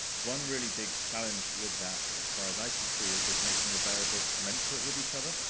one really big challenge with that, as far as i can see, is making the variables commensurate with each other.